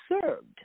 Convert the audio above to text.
served